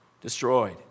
destroyed